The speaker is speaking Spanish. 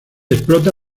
explota